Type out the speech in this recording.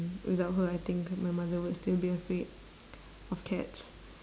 without her I think my mother would still be afraid of cats